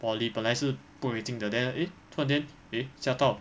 poly 本来是不可以进的 then ah eh 突然间 eh 吓到